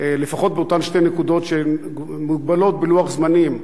לפחות באותן שתי נקודות שהן מוגבלות בלוח זמנים: